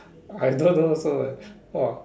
I don't know also eh !wah!